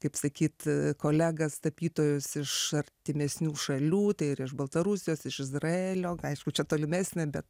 kaip sakyt kolegas tapytojus iš artimesnių šalių tai ir iš baltarusijos iš izraelio aišku čia tolimesnė bet